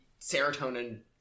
serotonin